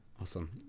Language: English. Awesome